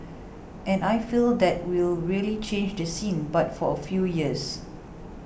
and I feel that will really change the scene but for a few years